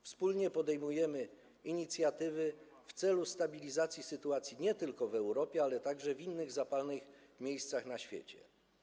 Wspólnie podejmujemy inicjatywy w celu stabilizacji sytuacji nie tylko w Europie, ale także w innych zapalnych punktach na świecie.